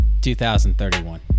2031